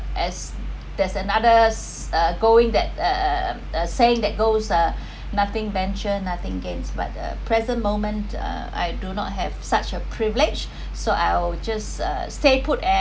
as that’s another uh going that uh uh saying that goes uh nothing ventured nothing gained but the present moment uh I do not have such a privilege so I'll just uh stay put at